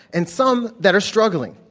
and some that are struggling.